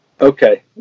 Okay